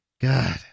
God